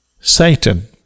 Satan